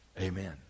Amen